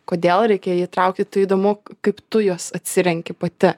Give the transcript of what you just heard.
kodėl reikia jį įtraukti tai įdomu kaip tu juos atsirenki pati